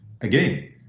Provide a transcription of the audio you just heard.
again